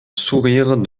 sourire